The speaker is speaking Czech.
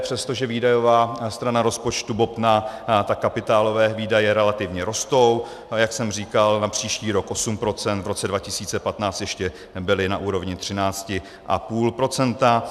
Přestože výdajová strana rozpočtu bobtná, tak kapitálové výdaje relativně rostou, a jak jsem říkal, na příští rok 8 %, v roce 2015 ještě byly na úrovni 13,5 %.